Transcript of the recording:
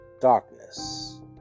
darkness